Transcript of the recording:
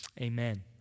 Amen